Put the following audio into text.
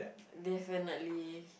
definitely